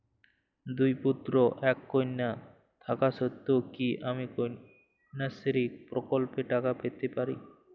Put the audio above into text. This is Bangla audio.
দুই পুত্র এক কন্যা থাকা সত্ত্বেও কি আমি কন্যাশ্রী প্রকল্পে টাকা পেতে পারি?